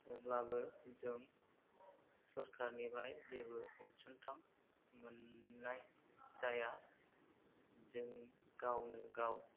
अब्लाबो जों सरखारनिफ्राय जेबो अनसुंथाय मोननाय जाया जों गावनो गाव